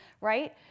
right